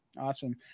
Awesome